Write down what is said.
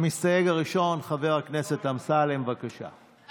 המסתייג הראשון, חבר הכנסת אמסלם, בבקשה.